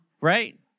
Right